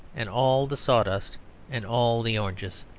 and all the sawdust and all the oranges.